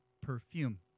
perfume